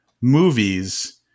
movies